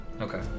Okay